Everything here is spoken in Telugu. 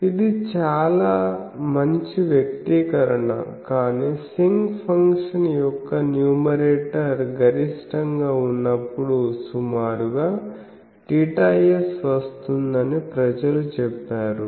ఇది చాలా మంచి వ్యక్తీకరణ కానీ సింక్ ఫంక్షన్ యొక్క న్యూమరేటర్ గరిష్టంగా ఉన్నప్పుడు సుమారుగా θs వస్తుందని ప్రజలు చెబుతారు